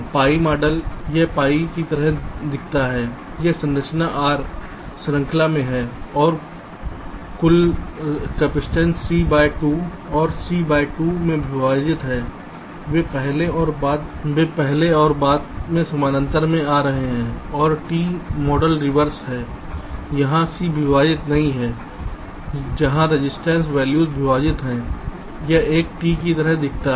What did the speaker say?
pi model यह pi की तरह दिखता है यह संरचनाR श्रृंखला में है और कुल कपसिटंस C बाय 2 और C बाय 2 में विभाजित है वे पहले और बाद में समानांतर में आ रहे हैं और T मॉडल रिवर्स है जहां C विभाजित नहीं है जहां रजिस्टेंस वैल्यू विभाजित है यह एक T की तरह दिखता है